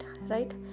right